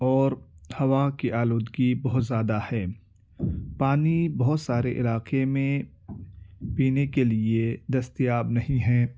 اور ہوا کی آلودگی بہت زیادہ ہے پانی بہت سارے علاقے میں پینے کے لیے دستیاب نہیں ہے